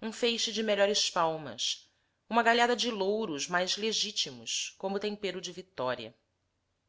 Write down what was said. um feixe de melhores palmas uma galhada de louros mais legítimos como tempero de vitória